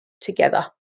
together